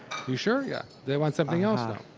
you sure? yeah, they want something else though.